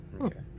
Okay